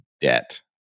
debt